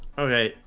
okay,